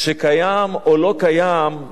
שקיים או לא קיים,